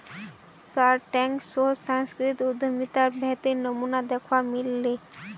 Shark Tank शोत सांस्कृतिक उद्यमितार बेहतरीन नमूना दखवा मिल ले